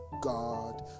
God